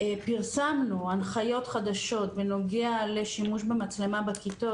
פרסמנו הנחיות חדשות בנוגע לשימוש במצלמה בכיתות,